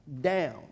down